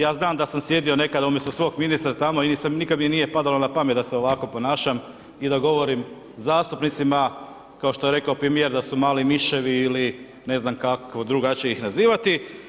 Ja znam da sam sjedio nekada umjesto svog ministra tamo i nikada mi nije padalo na pamet da se ovako ponašam i da govorim zastupnicima kao što je rekao premijer da su mali miševi ili ne znam kako drugačije ih nazivati.